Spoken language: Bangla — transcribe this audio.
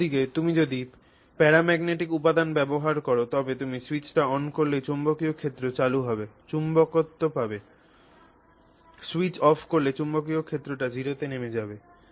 অন্যদিকে তুমি যদি প্যারাম্যাগনেটিক উপাদান ব্যবহার কর তবে সুইচটি অন করলেই চৌম্বকীয় ক্ষেত্র চালু হবে চুম্বকত্ব পাবে স্যুইচ অফ করলে চৌম্বকীয় ক্ষেত্রটি 0 তে নেমে যাবে